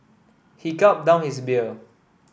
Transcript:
he gulped down his beer